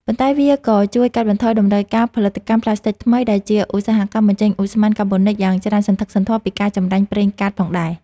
ប៉ុន្តែវាក៏ជួយកាត់បន្ថយតម្រូវការផលិតកម្មផ្លាស្ទិកថ្មី ដែលជាឧស្សាហកម្មបញ្ចេញឧស្ម័នកាបូនិកយ៉ាងច្រើនសន្ធឹកសន្ធាប់ពីការចម្រាញ់ប្រេងកាតផងដែរ។